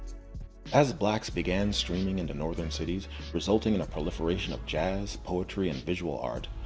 as blacks began streaming into northern cities resulting in a proliferation of jazz, poetry, and visual art,